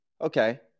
Okay